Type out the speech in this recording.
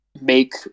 make